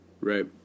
Right